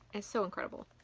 it's so incredible.